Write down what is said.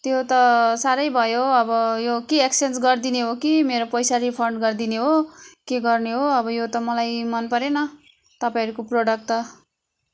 त्यो त साह्रै भयो हौ अब के यो एक्सचेन्ज गरिदिने हो कि मेरो पैसा रिफन्ड गरिदिने हो के गर्ने हो अब यो त मलाई मन परेन तपाईँहरूको प्रडक्ट त